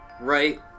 right